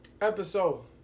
episode